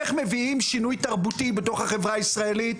איך מביאים שינוי תרבותי בחברה הישראלית,